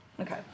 Okay